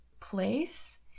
place